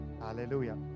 Hallelujah